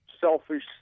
selfish